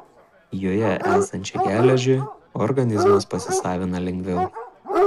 joje esančią geležį organizmas pasisavina lengviau